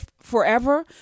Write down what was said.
forever